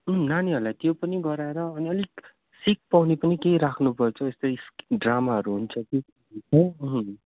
नानीहरूलाई त्यो पनि गराएर अनि अलिक सिख पाउने पनि केही राख्नु पर्छ यस्तो ड्रामाहरू हुन्छ कि के हुन्छ